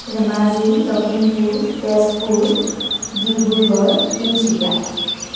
Dhemaji Lakhimpur Tezpur Dibrugarh Tinsukia